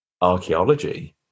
archaeology